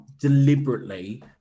deliberately